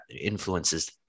influences